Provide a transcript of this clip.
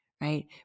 right